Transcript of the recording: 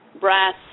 brass